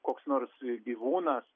koks nors gyvūnas